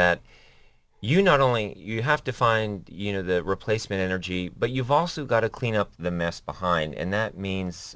that you not only you have to find you know the replacement energy but you've also got to clean up the mess behind and that means